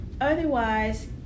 Otherwise